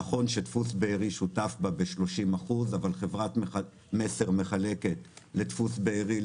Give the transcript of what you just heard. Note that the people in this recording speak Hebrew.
נכון שדפוס בארי שותף בה ב-30 אחוזים אבל חברת מסר מחלקת לדפוס בארי,